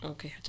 Okay